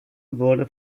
wurde